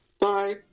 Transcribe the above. Bye